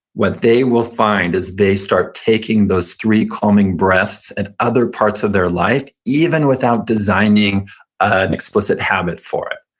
what they will find is they start taking those three calming breaths at other parts of their life, even without designing an explicit habit for it.